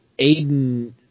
Aiden